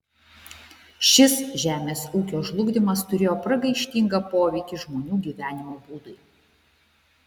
šis žemės ūkio žlugdymas turėjo pragaištingą poveikį žmonių gyvenimo būdui